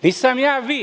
Nisam ja vi.